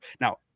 now